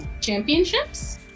championships